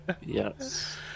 Yes